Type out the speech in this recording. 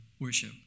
worship